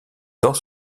dans